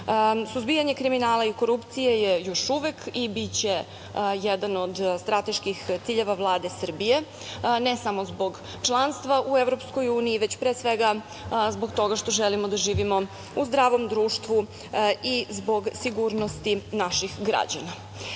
borbi. Suzbijanje kriminala i korupcije je još uvek i biće jedan od strateških ciljeva Vlade Srbije ne samo zbog članstva u EU, već pre svega zbog toga što želimo da živimo u zdravom društvu i zbog sigurnosti naših građana. Kada